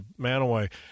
Manaway